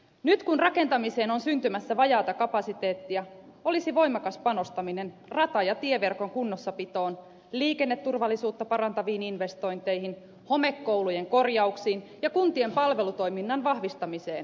nyt kun rakentamiseen on syntymässä vajaata kapasiteettia olisi voimakas panostaminen rata ja tieverkon kunnossapitoon liikenneturvallisuutta parantaviin investointeihin homekoulujen korjauksiin ja kuntien palvelutoiminnan vahvistamiseen paikallaan